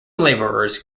labourers